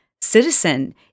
citizen